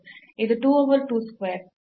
ಇದು 2 over 2 squares